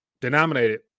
denominated